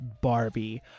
Barbie